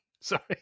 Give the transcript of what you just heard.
Sorry